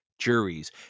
juries